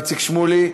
איציק שמולי,